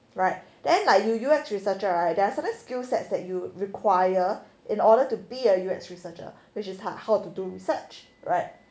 right then like you you U_X researcher right there are certain skill sets that you require in order to be a U_X researcher which is like how to do research right